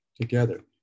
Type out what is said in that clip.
together